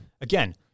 again